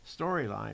storyline